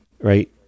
right